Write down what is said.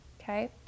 Okay